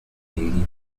rives